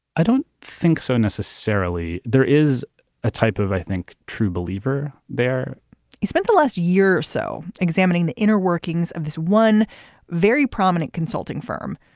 i don't think so, necessarily. there is a type of, i think, true believer there he spent the last year or so examining the inner workings of this one very prominent consulting firm,